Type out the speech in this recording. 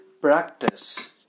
practice